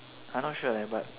I not sure eh but